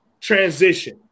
transition